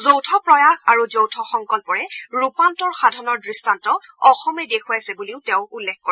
যৌথ প্ৰয়াস আৰু যৌথ সংকল্পৰে ৰূপান্তৰ সাধনৰ দৃষ্টান্ত অসমে দেখুৱাইছে বুলিও তেওঁ উল্লেখ কৰে